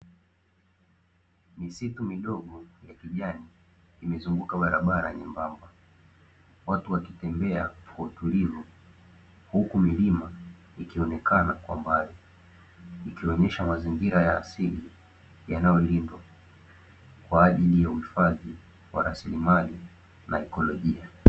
Misitu midogo ya kijani imezunguka barabara nyembamba, watu wakitembea kwa utulivu, huku milima ikionekana kwa mbali, ikionesha mazingira ya asili yanayolindwa kwa ajili ya uhifadhi wa rasilimali na ekolojia.